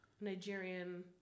Nigerian